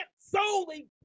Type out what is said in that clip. solely